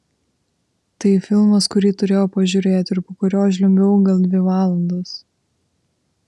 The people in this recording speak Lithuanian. tai filmas kurį turėjau pažiūrėti ir po kurio žliumbiau gal dvi valandas